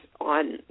on